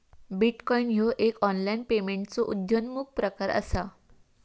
bitcoin ह्यो एक online पेमेंटचो उद्योन्मुख प्रकार असा